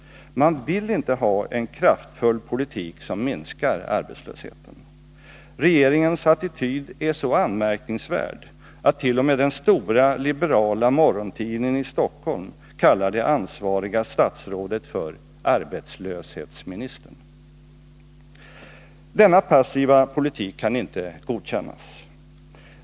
Man vill inte ha en kraftfull politik som minskar arbetslösheten. Regeringens attityd är så anmärkningsvärd att t.o.m. den stora liberala morgontidningen i Stockholm kallar det ansvariga statsrådet för arbetslöshetsministern. Denna passiva politik kan inte godkännas.